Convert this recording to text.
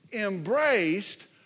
embraced